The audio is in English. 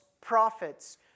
prophets